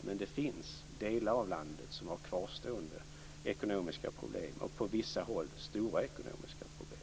Men det finns delar av landet som har kvarstående ekonomiska problem, och på vissa håll har man stora ekonomiska problem.